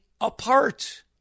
apart